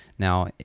Now